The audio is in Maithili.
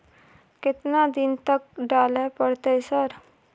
केतना दिन तक डालय परतै सर?